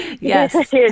Yes